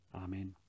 Amen